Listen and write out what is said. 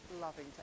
loving